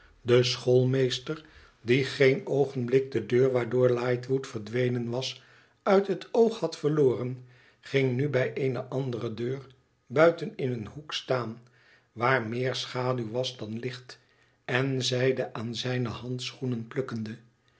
de schoolmeester die geen oogenblik de deur waardoor lightwood verdwenen was uit net oog had verloren ging nu bij eene andere deur buiten in een hoek staan waar meer schaduw was dan licht en zeide aan zijne handschoenen plukkende